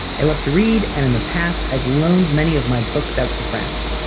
i love to read. and in the past i've loaned many of my books out to friends.